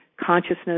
consciousness